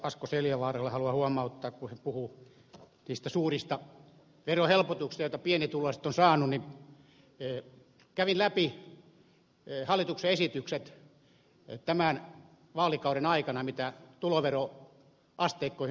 asko seljavaaralle haluan huomauttaa kun hän puhuu niistä suurista verohelpotuksista joita pienituloiset ovat saaneet että kävin läpi hallituksen esitykset tämän vaalikauden aikana mitä tuloveroasteikkoihin on tullut